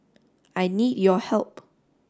I need your help